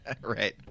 Right